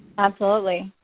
absolutely.